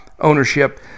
ownership